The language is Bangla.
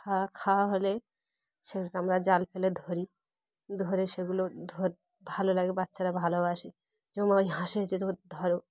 খা খাওয়া হলে সে আমরা জাল ফেলে ধরি ধরে সেগুলো ধর ভালো লাগে বাচ্চারা ভালোবাসে জমা হাসে এসে ধরে